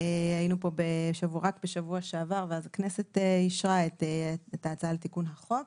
היינו פה רק בשבוע שעבר ואז הכנסת אישרה את ההצעה לתיקון החוק,